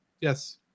Yes